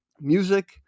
music